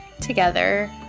together